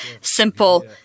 simple